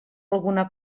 alguna